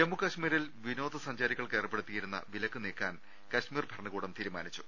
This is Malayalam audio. ജമ്മു കശ്മീരിൽ വിനോദ സഞ്ചാരികൾക്ക് ഏർപ്പെടുത്തിയിരുന്ന വിലക്ക് നീക്കാൻ കശ്മീർ ഭരണകൂടം തീരുമാനിച്ചു